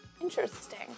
Interesting